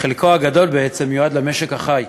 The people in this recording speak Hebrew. חלקו הגדול מיועד למשק החי,